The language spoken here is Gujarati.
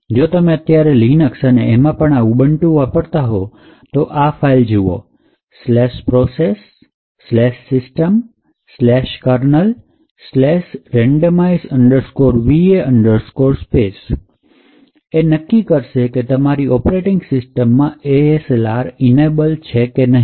તો જો તમે અત્યારે linux અને એમાં પણ ubuntu વાપરતા હો તો તને આ ફાઇલ જુઓ ફાઈલ procsyskernelrandomize va space એ નક્કી કરશે કે તમારી ઓપરેટિંગ સિસ્ટમમાં ASLR enable છે કે નહીં